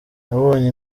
nabonye